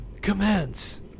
commence